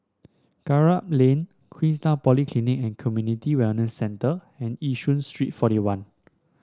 Kramat Lane Queenstown Polyclinic and Community Wellness Centre and Yishun Street Forty one